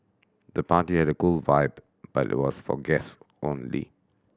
the party had a cool vibe but was for guest only